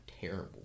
terrible